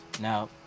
now